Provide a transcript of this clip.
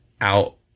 out